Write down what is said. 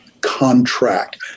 contract